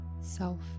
self